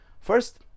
First